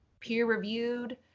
peer-reviewed